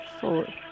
four